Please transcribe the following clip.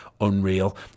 unreal